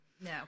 no